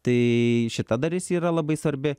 tai šita dalis yra labai svarbi